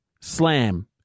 slam